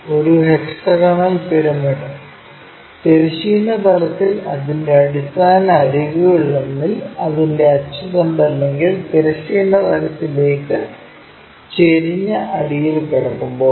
ഒരു hexagonal pyramid തിരശ്ചീന തലത്തിൽ അതിന്റെ അടിസ്ഥാന അരികുകളിലൊന്നിൽ അതിന്റെ അച്ചുതണ്ട് അല്ലെങ്കിൽ തിരശ്ചീന തലത്തിലേക്ക് ചരിഞ്ഞ അടിയിൽ കിടക്കുമ്പോൾ